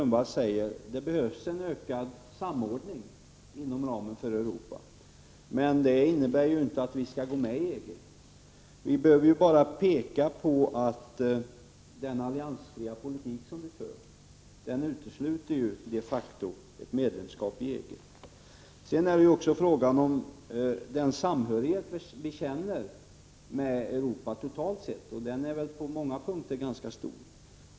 Men det innebär ju inte att vi skall gå med i EG. Vi behöver ju bara peka på att den alliansfria politik som vi för de facto utesluter ett medlemskap i EG. Den samhörighet vi känner med Europa totalt sett är på många punkter förvisso ganska stor.